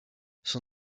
son